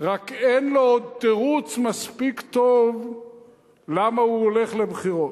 רק אין לו עוד תירוץ מספיק טוב למה הוא הולך לבחירות.